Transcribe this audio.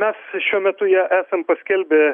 mes šiuo metu ją esam paskelbę